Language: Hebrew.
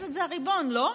הכנסת היא הריבון, לא?